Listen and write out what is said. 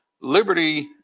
Liberty